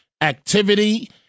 activity